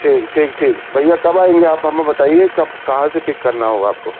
ٹھیک ہے ٹھیک ٹھیک بھیا کب آئیں گے آپ ہمیں بتائیے کب کہاں سے پک کرنا ہوگا آپ کو